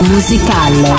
Musical